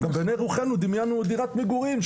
בעיני רוחנו דמיינו דירת מגורים,